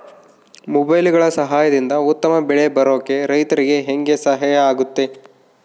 ಮೊಬೈಲುಗಳ ಸಹಾಯದಿಂದ ಉತ್ತಮ ಬೆಳೆ ಬರೋಕೆ ರೈತರಿಗೆ ಹೆಂಗೆ ಸಹಾಯ ಆಗುತ್ತೆ?